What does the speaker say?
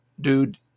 dude